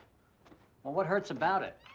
well what hurts about it?